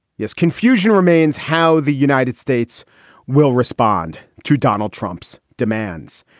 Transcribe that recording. yes, confusion remains how the united states will respond to donald trump's demands.